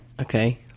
Okay